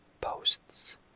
posts